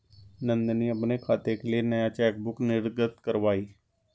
नंदनी अपने खाते के लिए नया चेकबुक निर्गत कारवाई